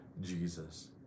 Jesus